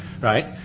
right